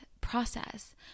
process